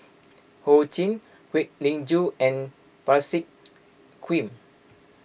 Ho Ching Kwek Leng Joo and Parsick